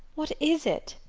what is it?